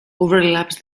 overlaps